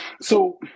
So-